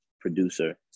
producer